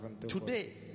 today